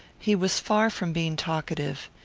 he was far from being talkative.